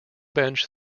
bench